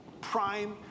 prime